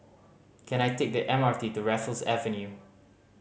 can I take the M R T to Raffles Avenue